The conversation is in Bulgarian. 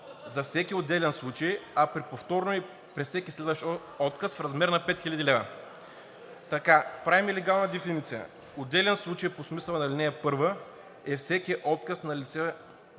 за всеки отделен случай, а при повторно и при всеки следващ отказ – в размер на 5000 лв.“ Правим и легална дефиниция: „Отделен случай по смисъла на ал. 1 е всеки отказ на лице